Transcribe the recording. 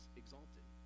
exalted